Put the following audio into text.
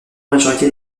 majorité